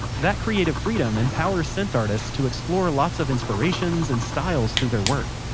that creative freedom empowers scent artists to explore lots of inspirations and styles through their work.